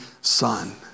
son